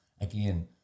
again